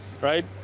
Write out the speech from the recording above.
right